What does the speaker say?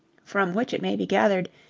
from which it may be gathered,